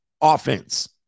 offense